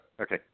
Okay